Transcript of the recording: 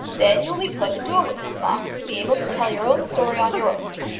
then you will be put into a witness-box, and be able to tell your own story on your oath.